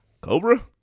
Cobra